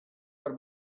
are